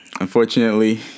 unfortunately